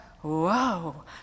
whoa